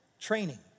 training